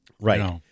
Right